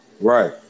Right